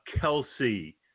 Kelsey